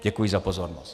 Děkuji za pozornost.